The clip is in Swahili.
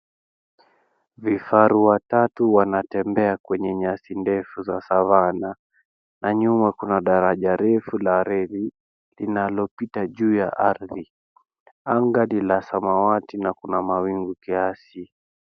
Vifaru watatu wanatembea kwenye nyasi ndefu za savanna na nyuma kuna daraja refu la reli, linalopita juu ya ardhi. Anga ni la samawati na kuna mawingu kiasi.